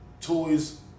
toys